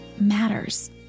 matters